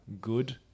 good